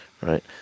Right